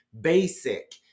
basic